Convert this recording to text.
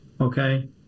okay